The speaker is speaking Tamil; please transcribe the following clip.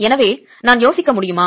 எனவே நான் யோசிக்க முடியுமா